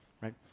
right